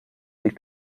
liegt